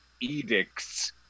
edicts